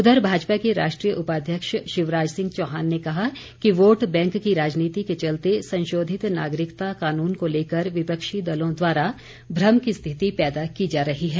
उधर भाजपा के राष्ट्रीय उपाध्यक्ष शिवराज सिंह चौहान ने कहा कि वोट बैंक की राजनीति के चलते संशोधित नागरिकता कानून को लेकर विपक्षी दलों द्वारा भ्रम की स्थिति पैदा की जा रही है